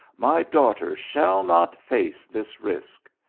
my daughter shall not face this risk.